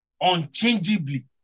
unchangeably